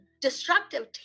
destructive